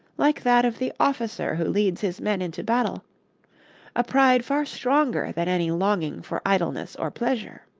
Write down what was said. like that of the officer who leads his men into battle a pride far stronger than any longing for idleness or pleasure.